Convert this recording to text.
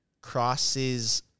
crosses